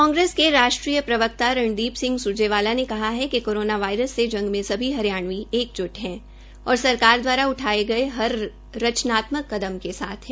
कांग्रेस के राष्ट्रीय प्रवक्ता रण्दीप सिंह सुरजेवाला ने कहा है कि कोरोना वायरस से जंग में सभी हरियाण्वी एकज्ट है और सरकार द्वारा उठायें गये हर रचनात्मक कदम के साथ है